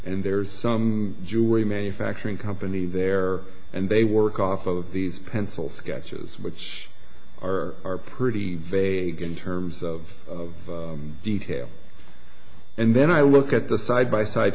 and there's some jewelry manufacturing company there and they work off of the pencil sketches which are are pretty vague in terms of detail and then i look at the side by side